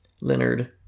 Leonard